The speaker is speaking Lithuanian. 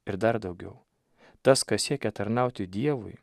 ir dar daugiau tas kas siekia tarnauti dievui